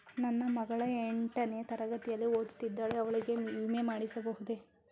ನನ್ನ ಮಗಳು ಎಂಟನೇ ತರಗತಿಯಲ್ಲಿ ಓದುತ್ತಿದ್ದಾಳೆ ಅವಳಿಗೆ ವಿಮೆ ಮಾಡಿಸಬಹುದೇ?